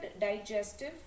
digestive